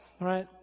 right